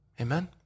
Amen